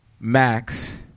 Max